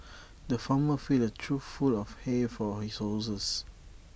the farmer filled A trough full of hay for his horses